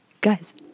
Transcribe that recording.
Guys